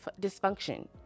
dysfunction